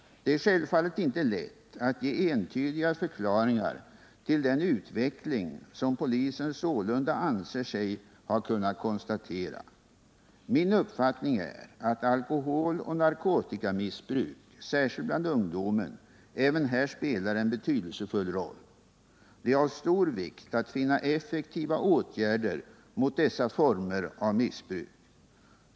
Det är självfallet inte lätt att ge entydiga förklaringar till den utveckling som polisen sålunda anser sig ha kunnat konstatera. Min uppfattning är att alkoholoch narkotikamissbruk, särskilt bland ungdomen, även här spelar en betydelsefull roll. Det är av stor vikt att finna effektiva åtgärder mot dessa former av missbruk.